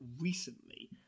recently